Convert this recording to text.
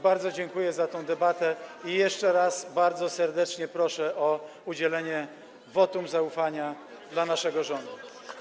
Bardzo dziękuje za tę debatę i jeszcze raz bardzo serdecznie proszę o udzielenie wotum zaufania dla naszego rządu.